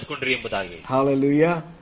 hallelujah